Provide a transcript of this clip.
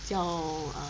叫 err